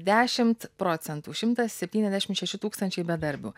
dešimt procentų šimtas septyniasdešim šeši tūkstančiai bedarbių